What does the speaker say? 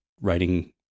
writing